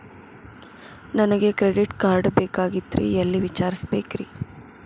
ನನಗೆ credit card ಬೇಕಾಗಿತ್ರಿ ಎಲ್ಲಿ ವಿಚಾರಿಸಬೇಕ್ರಿ?